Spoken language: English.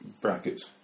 brackets